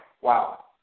Wow